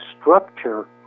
structure